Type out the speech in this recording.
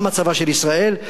מה מצבה של ישראל.